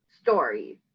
stories